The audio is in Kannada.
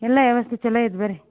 ಎಲ್ಲ ವ್ಯವಸ್ಥೆ ಛಲೋ ಐತೆ ಬರ್ರೀ